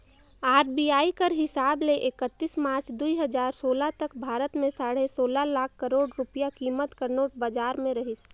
RBI कर हिसाब ले एकतीस मार्च दुई हजार सोला तक भारत में साढ़े सोला लाख करोड़ रूपिया कीमत कर नोट बजार में रहिस